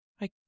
I